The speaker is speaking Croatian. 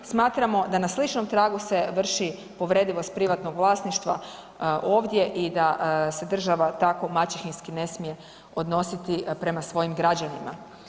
Smatramo da na sličnom tragu se vrši povredivost privatnog vlasništva ovdje i da se država tako maćehinski ne smije odnositi prema svojim građanima.